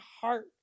heart